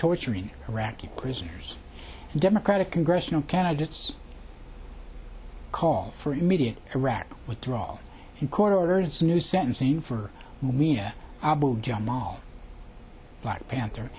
torturing iraqi prisoners democratic congressional candidates call for immediate iraq withdrawal and court orders new sentencing for mumia abu jamal black panther